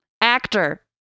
Actor